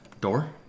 Door